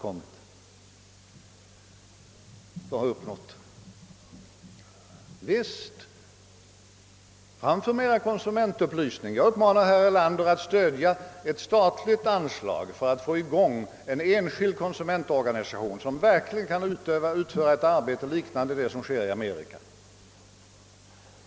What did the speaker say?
Jag vill alltså säga: Fram för mer konsumentupplysning! Jag uppmanar herr Erlander att medverka till att det ges ett statligt anslag så att vi kan få i gång en enskild konsumentorganisation som verkligen kan utföra ett arbete liknande det som görs i Amerika.